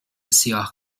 سیاه